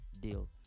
deal